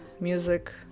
music